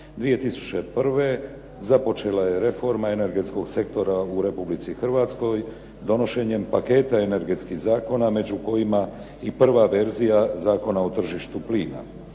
2001. započela je reforma energetskog sektora u Republici Hrvatskoj donošenjem paketa energetskih zakona među kojima i prva verzija zakona o tržištu plina.